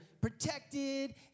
protected